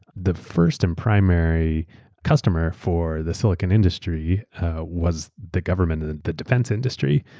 the first and primary customer for the silicon industry was the government and the defense industry.